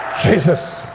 Jesus